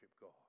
God